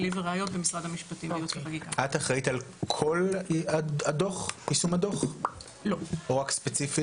את אחראית על כל יישום הדוח או רק ספציפית?